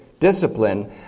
discipline